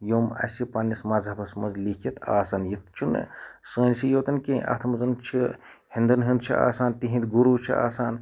یِم اَسہِ پَننِس مَذہَبَس مَنٛز لیٚکھِتھ آسان یہِ چھُنہٕ سٲنسی یوتَن کینٛہہ اَتھ مَنٛز چھِ ہیٚندَن ہُنٛد چھُ آسان تِہُنٛد گُروٗ چھِ آسان